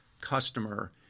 customer